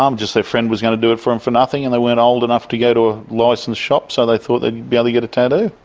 um just their friend was going to do it for them for nothing and they weren't old enough to go to a licensed shop so they thought they'd be able to get a tattoo,